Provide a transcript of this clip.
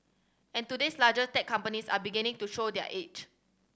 and today's largest tech companies are beginning to show their age